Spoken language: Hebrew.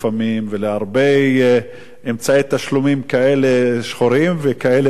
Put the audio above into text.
ולהרבה אמצעי תשלום כאלה שחורים וכאלה מוכרים.